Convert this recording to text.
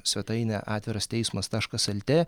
svetainę atviras teismas taškas lt